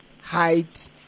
Height